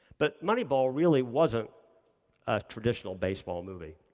but moneyball really wasn't a traditional baseball movie.